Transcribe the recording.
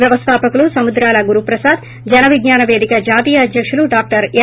వ్యవస్తాస్థాపకులు సముద్రాల గురుప్రసాద్ జనవిజ్ఞాన్ పేదిక జాతీయ అధ్యకులు డాక్టర్ ఎం